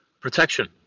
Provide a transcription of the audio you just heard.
protection